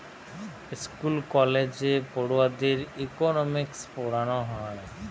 school কলেজে পড়ুয়াদের economics পোড়ানা হয়